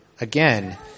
again